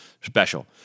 special